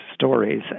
stories